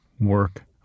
work